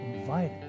invited